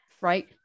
right